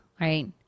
right